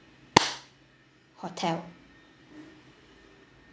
hotel